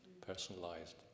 Personalized